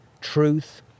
truth